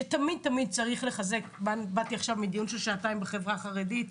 שתמיד-תמיד צריך לחזק באתי עכשיו מדיון של שעתיים על החברה החרדית,